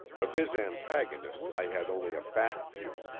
of his antagonist i had only a back view,